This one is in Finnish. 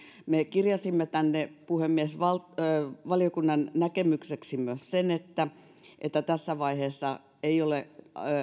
me kirjasimme tänne puhemies valiokunnan näkemykseksi myös sen että että tässä vaiheessa ei ole